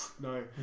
no